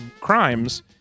crimes